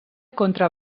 contra